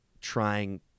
trying